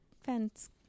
fence